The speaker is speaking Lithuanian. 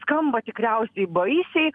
skamba tikriausiai baisiai